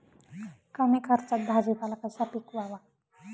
कमी खर्चात भाजीपाला कसा पिकवावा?